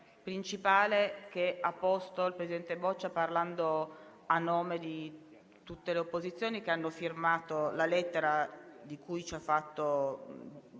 principale che ha posto il presidente Boccia, parlando a nome di tutte le opposizioni che hanno firmato la lettera a cui si è